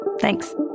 Thanks